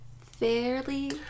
fairly